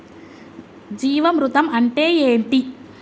జీవామృతం అంటే ఏంటి?